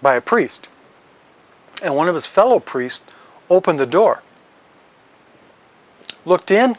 by a priest and one of his fellow priest or open the door looked in